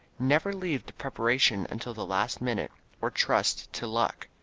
never leave the preparation until the last minute or trust to luck.